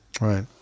Right